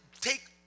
take